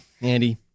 Andy